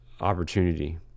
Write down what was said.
opportunity